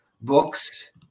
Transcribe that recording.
Books